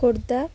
Khordha